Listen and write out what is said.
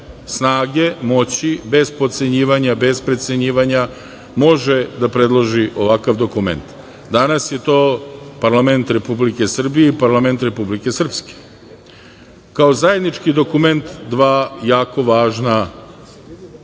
snage, moći, bez potcenjivanja, bez precenjivanja, može da predloži ovakav dokument. Danas je to parlament Republike Srbije i parlament Republike Srpske, kao zajednički dokument dva jako važna